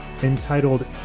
entitled